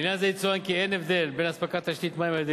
לעניין זה יצוין כי אין הבדל בין אספקת תשתית מים על-ידי